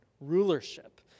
rulership